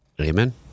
Amen